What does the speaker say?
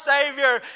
Savior